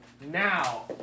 Now